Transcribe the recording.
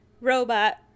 robot